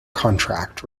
contract